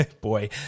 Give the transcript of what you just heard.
Boy